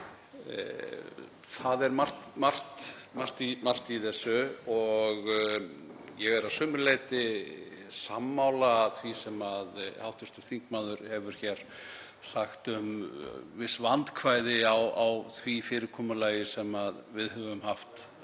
það er margt í þessu og ég er að sumu leyti sammála því sem hv. þingmaður hefur hér sagt um viss vandkvæði á því fyrirkomulagi sem við höfum haft